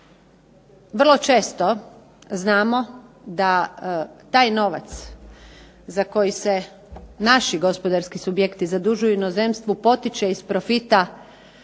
Vrlo često znamo da taj novac za koji se naši gospodarski subjekti zadužuju u inozemstvu potiče iz profita